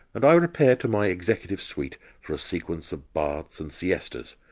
and i repair to my executive suite for a sequence of baths and siestas.